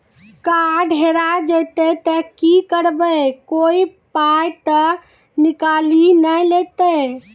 Card हेरा जइतै तऽ की करवै, कोय पाय तऽ निकालि नै लेतै?